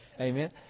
Amen